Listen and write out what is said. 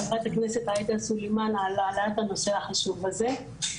חברת הכנסת עאידה סלימאן על העלאת הנושא החשוב הזה.